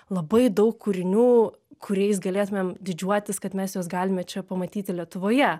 labai daug kūrinių kuriais galėtumėm didžiuotis kad mes juos galime čia pamatyti lietuvoje